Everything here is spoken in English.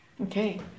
Okay